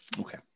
Okay